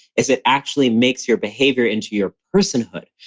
is it actually makes your behavior into your personhood.